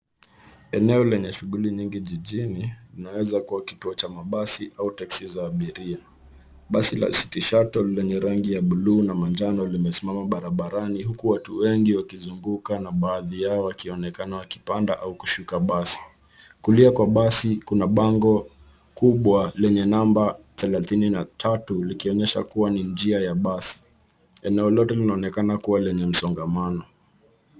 Eneo lenye shughuli nyingi jijini, linaweza kuwa kituo cha mabasi au teksi za abiria. Basi la City Shuttle lenye rangi ya buluu na manjano limesimama barabarani huku watu wengi wakizunguka na baadhi yao wakionekana wakipanda au kushuka basi. Kulia mwa basi, kuna bango kubwa lenye namba 33 likionyesha kuwa hiyo ni njia ya basi. Eneo lote linaonekana kuwa lenye msongamano.